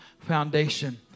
foundation